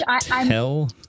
tell